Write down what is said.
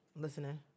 Listening